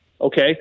Okay